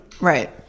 Right